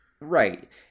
Right